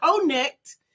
connect